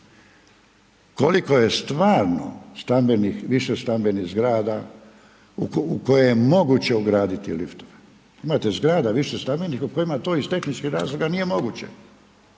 koliko je stvarno stambenih, višestambenih zgrada u koje je moguće ugraditi liftove. Imate zgrada višestambenih u kojima to iz tehničkih razloga nije moguće.